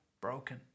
broken